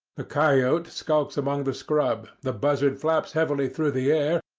the coyote skulks among the scrub, the buzzard flaps heavily through the air,